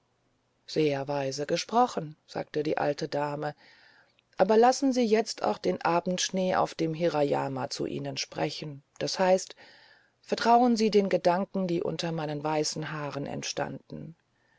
sehr weise gesprochen sagte die alte dame aber lassen sie jetzt auch den abendschnee auf dem hirayama zu ihnen sprechen das heißt vertrauen sie den gedanken die unter meinen weißen haaren entstanden